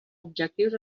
objectius